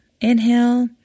Inhale